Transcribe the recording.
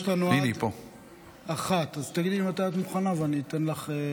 יש לנו עד 01:00. אז תגידי לי מתי את מוכנה ואני אתן לך.